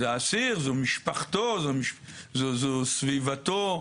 זה האסיר, זו משפחתו, זו סביבתו.